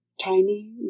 tiny